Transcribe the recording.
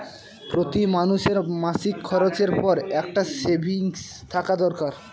প্রতি মানুষের মাসিক খরচের পর একটা সেভিংস থাকা দরকার